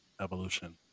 evolution